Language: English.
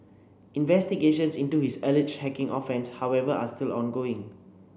investigations into his alleged hacking offence however are still ongoing